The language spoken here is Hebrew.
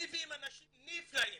מביאים אנשים נפלאים,